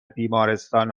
بیمارستان